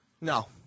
No